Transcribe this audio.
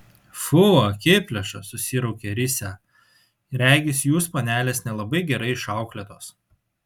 fu akiplėša susiraukė risią regis jūs panelės nelabai gerai išauklėtos